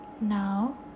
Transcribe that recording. Now